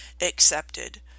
accepted